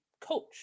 coach